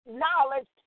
knowledge